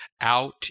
out